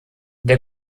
der